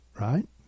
right